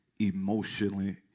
emotionally